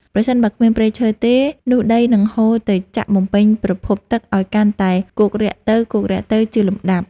ប្រសិនបើគ្មានព្រៃឈើទេ នោះដីនឹងហូរទៅចាក់បំពេញប្រភពទឹកឱ្យកាន់តែគោករាក់ទៅៗជាលំដាប់។